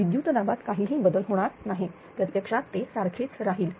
विद्युत दाबात काहीही बदल होणार नाही प्रत्यक्षात ते सारखेच राहील